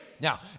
Now